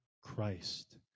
Christ